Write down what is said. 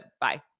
bye